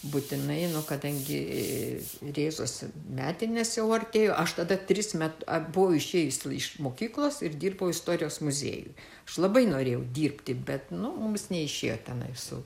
būtinai nu kadangi rėzos metinės jau artėjo aš tada tis met buvau išėjusi iš mokyklos ir dirbau istorijos muziejuj aš labai norėjau dirbti bet nu mums neišėjo tenai su